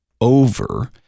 over